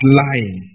lying